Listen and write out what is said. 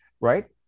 Right